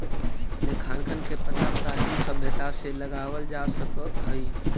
लेखांकन के पता प्राचीन सभ्यता से लगावल जा सकऽ हई